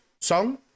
song